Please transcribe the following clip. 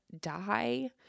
die